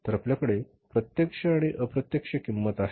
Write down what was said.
तर आपल्याकडे प्रत्यक्ष आणि अप्रत्यक्ष किंमत आहे